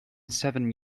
seven